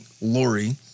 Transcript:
Lori